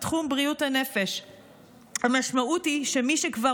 בתחום בריאות הנפש המשמעות היא שמי שכבר